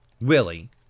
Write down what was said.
Willie